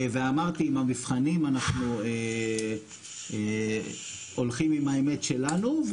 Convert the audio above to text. ואמרתי, עם המבחנים אנחנו הולכים עם האמת שלנו.